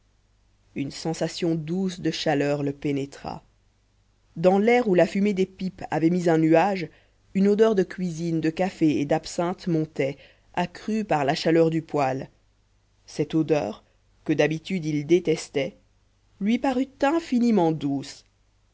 une sensation douce de chaleur le pénétra dans l'air où la fumée des pipes avait mis un nuage une odeur de cuisine de café et d'absinthe montait accrue par la chaleur du poêle cette odeur que d'habitude il détestait lui parut infiniment douce